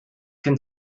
can